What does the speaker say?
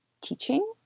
teaching